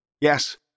Yes